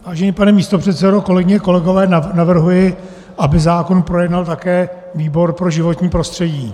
Vážený pane místopředsedo, kolegyně, kolegové, navrhuji, aby zákon projednal také výbor pro životní prostředí.